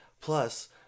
plus